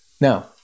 Now